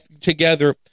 together